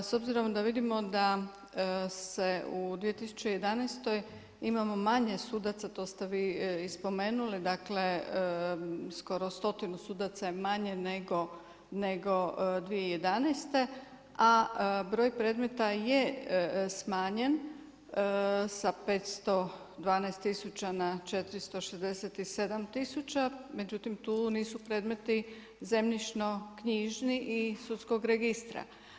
S obzirom da vidimo da se u 2011. imamo manje sudaca, to ste vi i spomenuli, dakle skoro 100-tinu sudaca je manje nego 2011. a broj predmeta je smanjen sa 512 tisuća na 467 tisuća, međutim tu nisu predmeti zemljišno knjižni i sudskog registra.